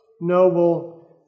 noble